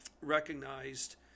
recognized